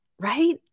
right